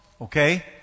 okay